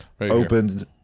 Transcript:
opened